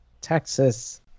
Texas